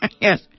yes